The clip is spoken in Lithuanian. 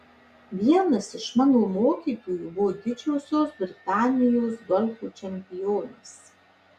vienas iš mano mokytojų buvo didžiosios britanijos golfo čempionas